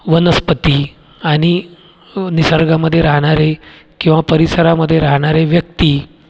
वनस्पती आणि निसर्गामध्ये राहणारे किंवा परिसरामध्ये राहणारे व्यक्ती